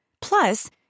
Plus